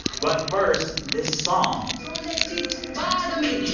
but first, this song. don't let these bother me.